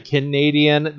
Canadian